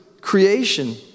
creation